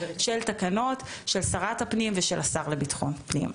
אירוע של תקנות של שרת הפנים ושל השר לביטחון הפנים.